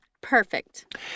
perfect